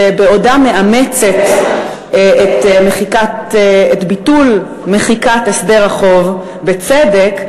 שבעודה מאמצת את ביטול מחיקת הסדר החוב בצדק,